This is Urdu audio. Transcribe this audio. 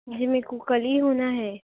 جی میرے کو کل ہی ہونا ہے